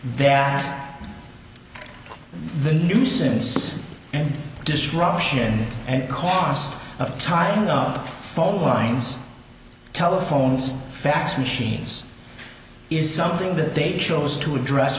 that the nuisance and disruption and cost of tying up phone lines telephones fax machines is something that they chose to address